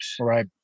right